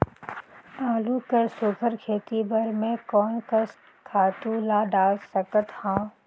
आलू कर सुघ्घर खेती बर मैं कोन कस खातु ला डाल सकत हाव?